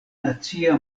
nacia